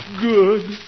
Good